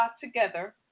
together